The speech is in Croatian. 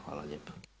Hvala lijepa.